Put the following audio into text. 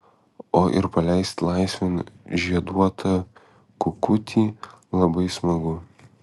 o ir paleisti laisvėn žieduotą kukutį labai smagu